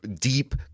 deep